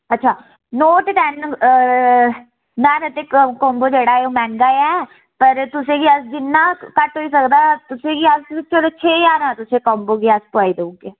अच्छा नोट टैन्न न्हाड़ा कोम्बो ऐ जेह्ड़ा ओह् मैह्ंगा ऐ पर तुसें गी अस जिन्ना घट्ट होई सकदा तुसें गी अस चलो छें ज्हारें दा तुसें कोम्बो गी अस पोआई देई ओड़गे